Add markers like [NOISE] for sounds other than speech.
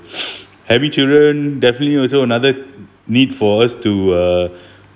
[BREATH] having children definitely also another need for us to uh